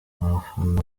abafana